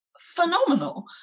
phenomenal